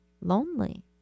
lonely